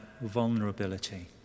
vulnerability